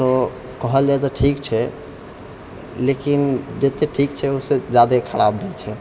तऽ कहल जाय तऽ ठीक छै लेकिन जतेक ठीक छै ओहिसँ ज्यादे खराब भी छै